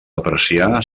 apreciar